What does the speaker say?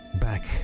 back